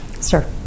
Sir